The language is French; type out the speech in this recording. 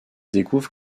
découvre